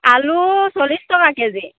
আলু চল্লিছ টকা কে জি